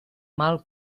mal